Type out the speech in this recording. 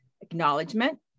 Acknowledgement